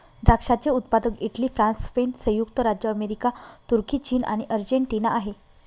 द्राक्षाचे उत्पादक Italy, France, Spain, संयुक्त राज्य अमेरिका, तुर्की, चीन आणि अर्जेंटिना आहे